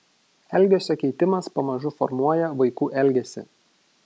elgesio keitimas pamažu formuoja vaikų elgesį